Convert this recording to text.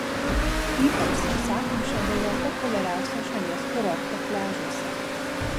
ypač sausakimša buvo populiariausio šalies kurorto pliažuose